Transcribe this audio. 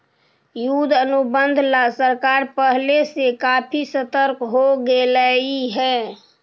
युद्ध अनुबंध ला सरकार पहले से काफी सतर्क हो गेलई हे